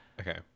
Okay